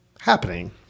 happening